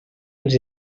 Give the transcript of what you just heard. ens